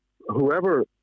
whoever